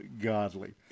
godly